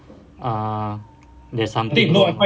ah there's something